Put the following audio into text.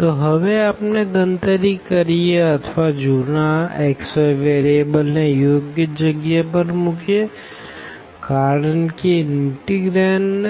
તો હવે આપણે ગણતરી કરીએ અથવા જુના x yવેરીએબલ ને યોગ્ય જગ્યા પર મુકીએ કારણ કે ઇનટેગ્રાંડ